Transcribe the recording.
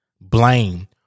blame